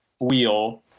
wheel